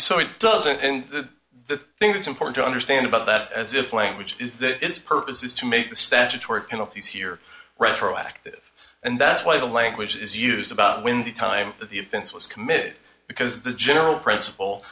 so it doesn't and the thing that's important to understand about that as if language is that its purpose is to make the statutory penalties here retroactive and that's why the language is used about when the time that the offense was committed because the general principle